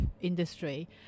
industry